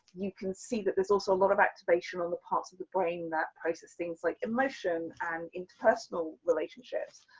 you can see that there's also a lot of activation on the parts of the brain that process things like, emotion, and interpersonal relationships,